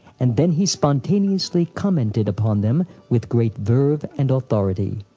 and then he spontaneously commented upon them with great verve and authority.